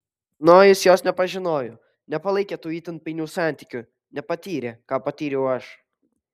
nojus jos nepažinojo nepalaikė tų itin painių santykių nepatyrė ką patyriau aš